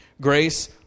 grace